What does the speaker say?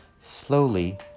Slowly